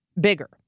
bigger